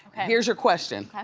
here's your question.